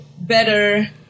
better